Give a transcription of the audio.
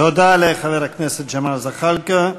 תודה לחבר הכנסת ג'מאל זחאלקה.